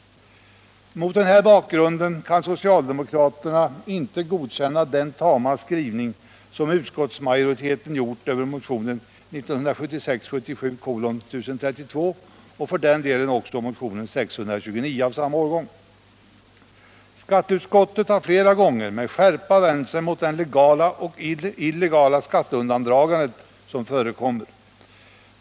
Mot den här bakgrunden kan socialdemokraterna inte godkänna den tama skrivning som utskottsmajoriteten gjort över motionen 1976/77:1032 och för den delen också motionen 629 av samma årgång. Skatteutskottet har flera gånger med skärpa vänt sig mot det legala och illegala skatteundandragande som förekommer.